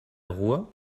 ruhr